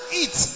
eat